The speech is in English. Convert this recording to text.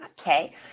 Okay